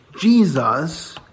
Jesus